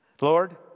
Lord